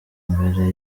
imbere